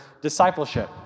discipleship